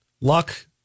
Luck